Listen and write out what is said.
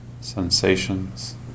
sensations